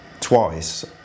twice